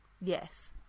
Yes